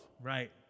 Right